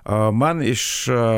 aa man iš a